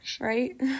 Right